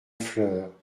fleur